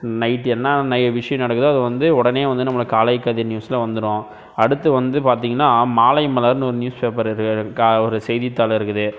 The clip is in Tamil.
நைட் என்ன விஷயம் நடக்குதோ அதை வந்து உடனே வந்து நம்ளுக்கு காலைக்கதிர் நியூஸில் வந்துடும் அடுத்து வந்து பார்த்திங்கன்னா மாலை மலர்னு ஒரு நியூஸ் பேப்பர் இருக்குது கா ஒரு செய்தித்தாள் இருக்குது